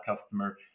customer